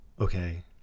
okay